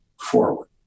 forward